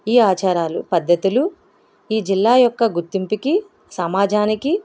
ఈ ఆచారాలు పద్ధతులు ఈ జిల్లా యొక్క గుర్తింపుకి సమాజానికి